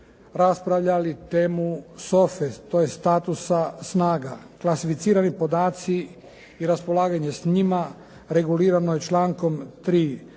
raspravljali temu sofe, tj. statusa snaga, klasificirani podaci i raspolaganje s njima regulirano je člankom 3.